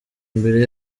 imbere